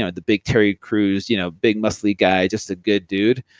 ah the big terry crews, you know big musly guy, just a good dude,